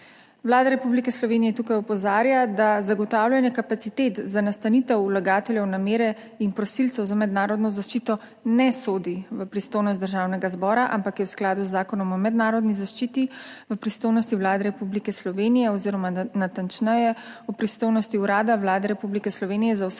Vlada Republike Slovenije tukaj opozarja, da zagotavljanje kapacitet za nastanitev vlagateljev namere in prosilcev za mednarodno zaščito ne sodi v pristojnost Državnega zbora, ampak je v skladu z Zakonom o mednarodni zaščiti v pristojnosti Vlade Republike Slovenije oziroma natančneje v pristojnosti Urada Vlade Republike Slovenije za oskrbo